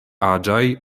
aĝaj